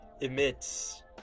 emits